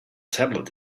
tablet